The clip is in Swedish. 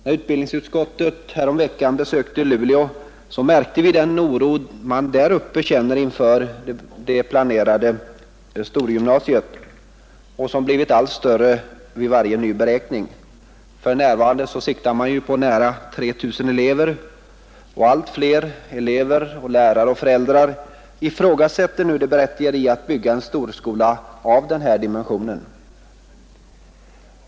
När utbildningsutskottet häromveckan besökte Luleå, märktes den oro som man däruppe känner inför det planerade storgymnasiet — som blivit allt större vid varje ny beräkning. För närvarande siktar man på nära 3 000 elever, och allt fler elever och lärare och föräldrar ifrågasätter nu det berättigade i att bygga en storskola av denna dimension.